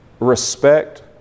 Respect